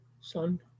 son